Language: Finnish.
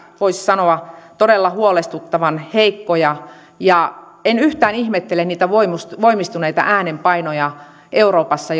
voisi sanoa todella huolestuttavan heikkoja ja en yhtään ihmettele niitä voimistuneita äänenpainoja euroopassa